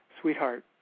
Sweetheart